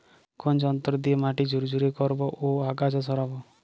কোন যন্ত্র দিয়ে মাটি ঝুরঝুরে করব ও আগাছা সরাবো?